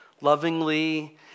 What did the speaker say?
lovingly